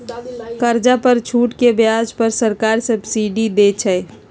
कर्जा पर छूट के ब्याज पर सरकार सब्सिडी देँइ छइ